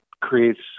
creates